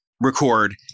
record –